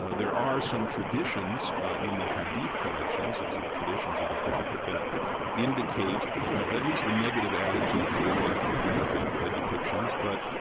ah there are some traditions in the hadith collections, these are the traditions of the prophet, that indicate at least a negative attitude toward anthropomorphic depictions. but,